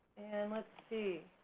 and let's see,